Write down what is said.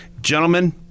gentlemen